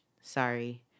Sorry